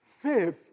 faith